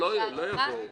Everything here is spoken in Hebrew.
לא יבואו.